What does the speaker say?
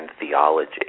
theology